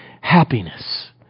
happiness